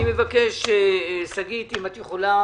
שגית אפיק,